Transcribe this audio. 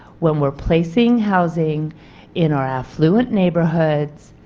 when we are placing housing in our affluent neighborhoods,